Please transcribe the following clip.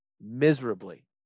miserably